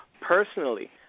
Personally